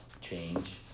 change